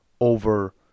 over